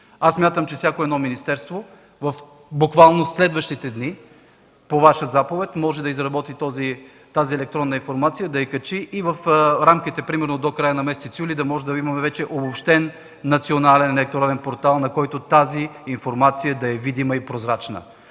Смятам, че всяко едно министерство буквално следващите дни по Ваша заповед може да изработи тази електронна информация, да я качи и в рамките до края месец юли да можем да имаме обобщен национален електронен портал, на който тази информация да е видима и прозрачна.